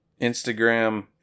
Instagram